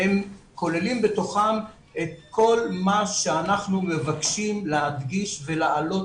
והם כוללים בתוכם את כל מה שאנחנו מבקשים להדגיש ולהעלות